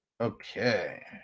Okay